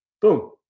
boom